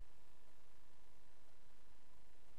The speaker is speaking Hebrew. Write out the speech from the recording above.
אמר